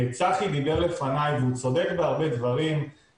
צחי דיבר לפני והוא צודק בהרבה דברים,